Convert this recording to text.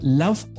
love